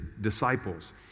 disciples